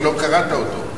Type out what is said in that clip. כי לא קראת אותו.